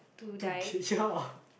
two K ya